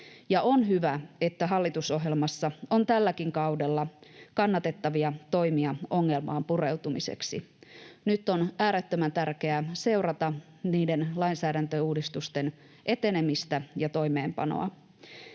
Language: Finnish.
on hyvä, että hallitusohjelmassa on tälläkin kaudella kannatettavia toimia ongelmaan pureutumiseksi. Nyt on äärettömän tärkeää seurata niiden lainsäädäntöuudistusten etenemistä ja toimeenpanoa.